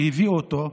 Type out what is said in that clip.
שהביאו אותו,